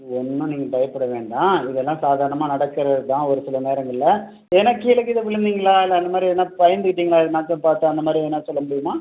ஒன்றும் நீங்கள் பயப்பட வேண்டாம் இதெலாம் சாதாரணமாக நடக்கிறது தான் ஒரு சில நேரங்களில் எதுனா கீழே கீஏ விழுந்திங்களா இல்லை அந்த மாதிரி எதுனா பயந்துட்டீங்களா எதுனாச்சும் பார்த்து அந்த மாதிரி எதுனா சொல்ல முடியுமா